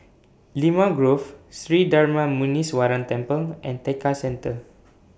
Limau Grove Sri Darma Muneeswaran Temple and Tekka Centre